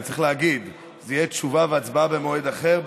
אני צריך להגיד: זה יהיה לתשובה והצבעה במועד אחר,